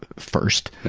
first.